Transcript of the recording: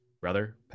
brother